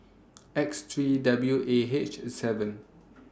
X three W A H seven